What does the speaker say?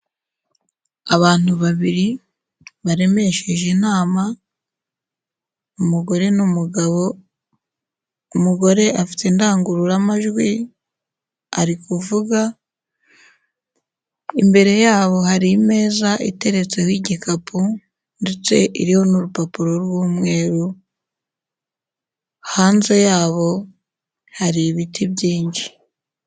Abantu babiri baremesheje inama, umugore n'umugabo, umugore afite indangururamajwi ari kuvuga, imbere yabo hari imeza iteretseho igikapu ndetse iriho n'urupapuro rw'umweru, hanze yabo hari ibiti byinshi.